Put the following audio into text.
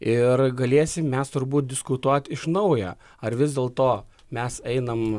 ir galėsim mes turbūt diskutuot iš naujo ar vis dėlto mes einam